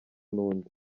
n’undi